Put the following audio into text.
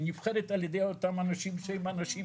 היא נבחרת על ידי אותם אנשים שהם אנשים